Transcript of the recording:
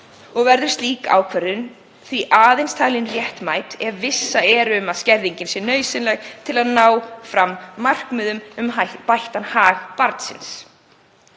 og verður slík ákvörðun aðeins talin réttmæt ef vissa er um að skerðingin sé nauðsynleg til að ná fram markmiðum um bættan hag barnsins.